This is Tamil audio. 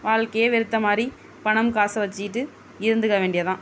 வாழ்க்கையையே வெறுத்த மாதிரி பணம் காசு வைச்சிக்கிட்டு இருந்துக்க வேண்டியது தான்